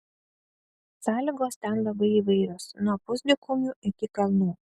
sąlygos ten labai įvairios nuo pusdykumių iki kalnų